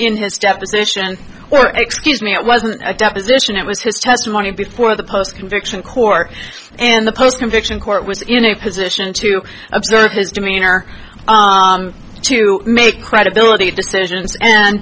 in his deposition or excuse me it wasn't a deposition it was his testimony before the post conviction court and the post conviction court was in a position to observe his demeanor to make credibility decisions and